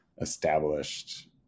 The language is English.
established